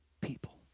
people